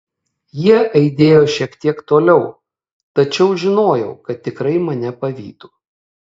jie aidėjo šiek tiek toliau tačiau žinojau kad tikrai mane pavytų